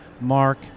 Mark